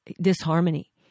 disharmony